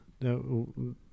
No